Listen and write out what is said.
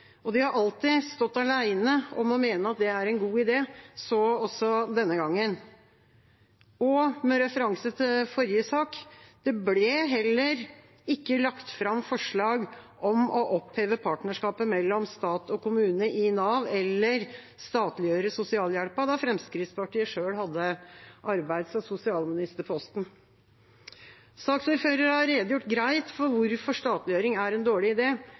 De har alltid stått alene om å mene at det er en god idé, så også denne gangen. Med referanse til forrige sak – det ble heller ikke lagt fram forslag om å oppheve partnerskapet mellom stat og kommune i Nav eller statliggjøre sosialhjelpen da Fremskrittspartiet selv hadde arbeids- og sosialministerposten. Saksordføreren redegjorde greit for hvorfor statliggjøring er en dårlig